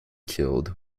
killed